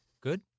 good